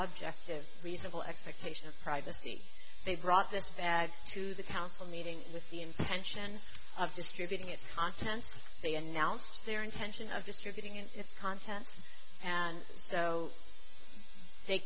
objective reasonable expectation of privacy they brought this bad to the council meeting with the intention of distributing its contents if they announced their intention of distributing in its contents and so they